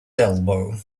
elbow